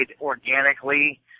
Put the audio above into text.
organically